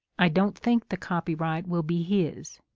i don't think the copyright will be his.